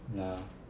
nah